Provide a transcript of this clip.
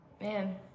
man